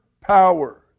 power